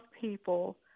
people